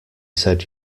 said